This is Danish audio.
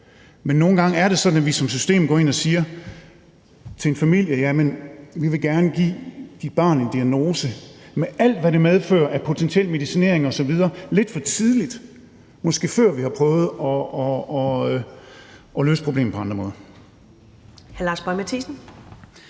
Men nogle gange er det sådan, at vi som system går ind og siger til en familie, at vi gerne vil give deres barn en diagnose med alt, hvad det medfører af potentiel medicinering osv., lidt for tidligt – og måske før vi har prøvet at løse problemet på andre måder.